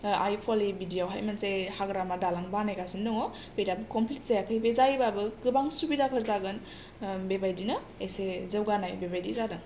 आइ प'वालियावबो बिदि मोनसे हाग्रामा दालां बानायगासिनो दङ बे दाबो कमप्लिट जायाखै बे जायोबाबो गोबां सुबिदाफोर जागोन बेबायदिनो एसे जौगानाय बेबायदि जादों